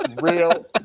real